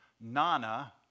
Nana